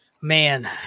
Man